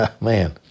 man